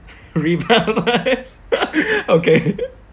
rebaptised okay